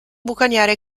bucaniere